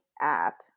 app